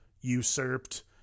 usurped